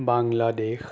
Bangladesh